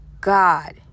God